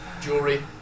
jewelry